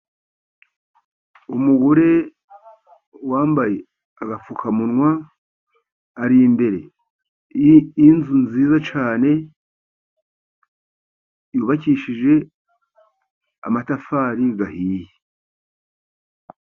Umugore wambaye agapfukamunwa ari imbere yinzu nziza cyane yubakishije amatafari ahiye.